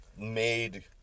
made